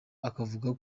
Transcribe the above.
akavuga